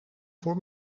voor